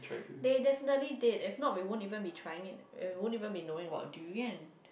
they definitely did if not we won't even be trying it eh we won't even be knowing about durian